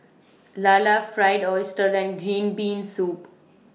Lala Fried Oyster and Green Bean Soup